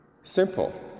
simple